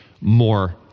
more